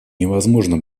невозможно